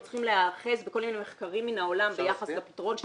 צריכים להיאחז בכל מיני מחקרים מן העולם ביחס לפתרון,